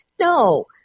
No